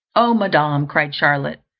oh madam! cried charlotte,